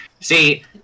See